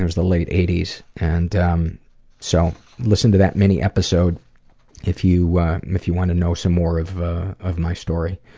the late eighty s. and um so listen to that mini episode if you if you want to know some more of of my story.